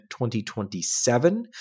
2027